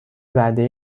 وعده